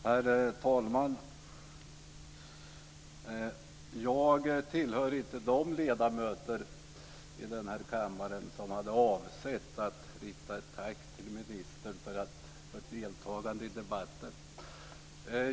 Herr talman! Jag hör inte till de ledamöter i denna kammaren som avser att rikta ett tack till ministern för hennes deltagande i debatten.